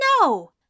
No